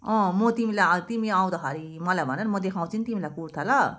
अँ म तिमीलाई तिमी आउँदाखरि मलाई भन न म देखाउँछु नि तिमीलाई कुर्था ल